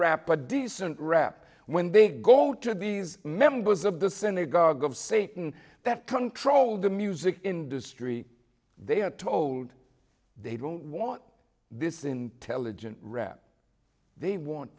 a decent rap when they go to these members of the synagogue of satan that control the music industry they are told they don't want this intelligent rap they want